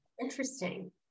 Interesting